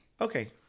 Okay